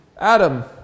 Adam